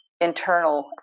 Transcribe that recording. internal